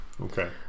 Okay